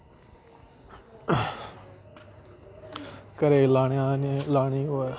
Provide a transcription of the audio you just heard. घरै दे लाने आह्ले लानी होर